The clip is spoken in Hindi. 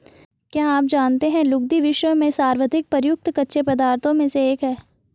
क्या आप जानते है लुगदी, विश्व में सर्वाधिक प्रयुक्त कच्चे पदार्थों में से एक है?